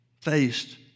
faced